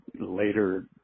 later